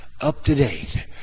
up-to-date